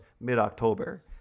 mid-October